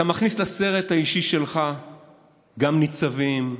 אתה מכניס לסרט האישי שלך גם ניצבים,